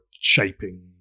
shaping